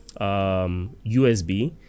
USB